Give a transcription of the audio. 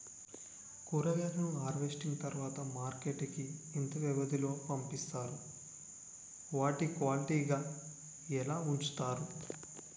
కూరగాయలను హార్వెస్టింగ్ తర్వాత మార్కెట్ కి ఇంత వ్యవది లొ పంపిస్తారు? వాటిని క్వాలిటీ గా ఎలా వుంచుతారు?